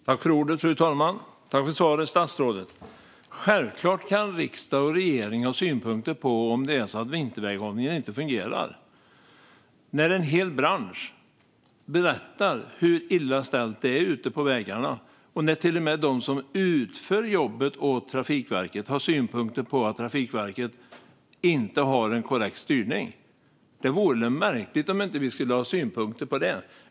Fru talman! Tack för svaret, statsrådet! Självklart kan riksdag och regering ha synpunkter om vinterväghållningen inte fungerar. När en hel bransch berättar hur illa ställt det är ute på vägarna, och när till och med de som utför jobbet åt Trafikverket har synpunkter på att verket inte har en korrekt styrning, vore det väl märkligt om vi inte skulle ha synpunkter på det.